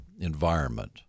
environment